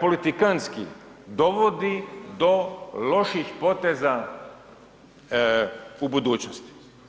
politikanski, dovodi do loših poteza u budućnosti.